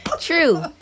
True